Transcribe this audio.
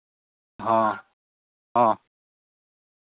ᱦᱮᱸ ᱦᱮᱸ